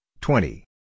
twenty